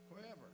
Forever